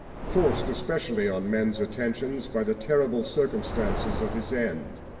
forced especially on men's attention by the terrible circumstances of his end,